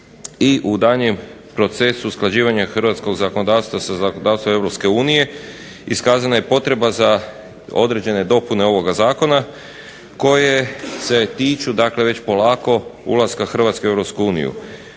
I u daljnjem procesu usklađivanja hrvatskog zakonodavstva sa zakonodavstvom Europske unije iskazana je potreba za određene dopune ovoga Zakona koje se tiču, dakle već polako ulaska Hrvatske u